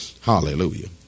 Hallelujah